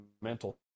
mental